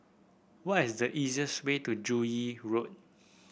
what is the easiest way to Joo Yee Road